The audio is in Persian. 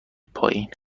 پایین